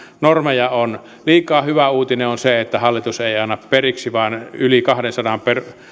normeja on liikaa hyvä uutinen on se että hallitus ei ei anna periksi vaan yli kahdensadan